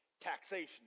taxation